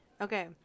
Okay